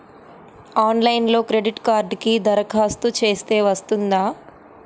ఆన్లైన్లో క్రెడిట్ కార్డ్కి దరఖాస్తు చేస్తే వస్తుందా?